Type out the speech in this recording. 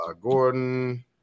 gordon